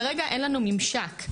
כרגע, אין לנו ממשק.